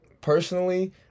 personally